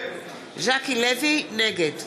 נגד